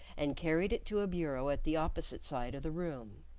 and carried it to a bureau at the opposite side of the room.